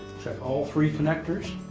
check all three connectors.